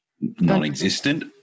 non-existent